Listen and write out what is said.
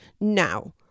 Now